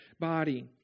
body